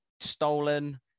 stolen